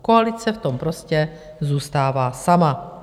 Koalice v tom prostě zůstává sama.